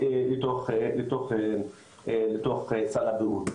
לתוך סל הבריאות.